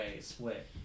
split